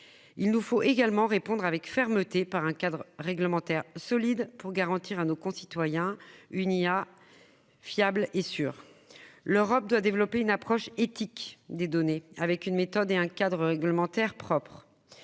Il nous faut enfin répondre avec fermeté, par un cadre réglementaire solide, pour garantir à nos concitoyens une intelligence artificielle fiable et sûre. L'Europe doit développer une approche éthique des données, avec une méthode et un cadre réglementaire propres.